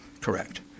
correct